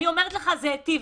אני אומרת לך, זה ייטיב.